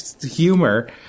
humor